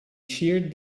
sheared